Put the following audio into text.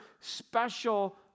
special